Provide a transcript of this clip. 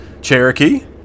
Cherokee